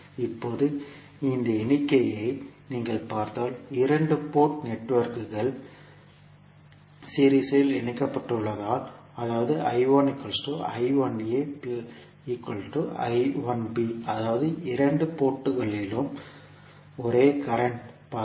இப்போது இந்த எண்ணிக்கையை நீங்கள் பார்த்தால் இரண்டு போர்ட் நெட்வொர்க்குகள் சீரிஸ் இல் இணைக்கப்பட்டுள்ளதால் அதாவது அதாவது இரண்டு போர்ட்களிலும் ஒரே கரண்ட் பாயும்